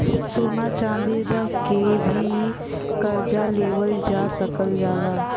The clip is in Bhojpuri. सोना चांदी रख के भी करजा लेवल जा सकल जाला